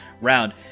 round